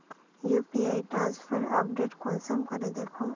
UPI transfer update कुंसम करे दखुम?